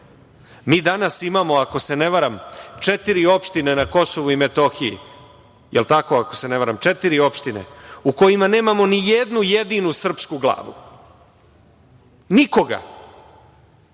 Mi danas imamo, ako se ne varam, četiri opštine na KiM, jel tako, u kojima nemamo nijednu jedinu srpsku glavu, nikoga,